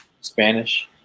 Spanish